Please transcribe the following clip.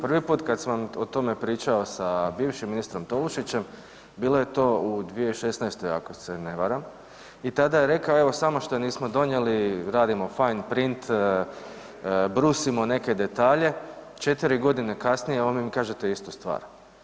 Prvi put kad sam o tome pričao sa bivšim ministrom Tolušićem bilo je to u 2016., ako se ne varam i tada je rekao evo samo što nismo donijeli, radimo fine print, brusimo neke detalje, 4 godine kasnije vi mi kažete istu stvar.